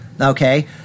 okay